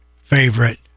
favorite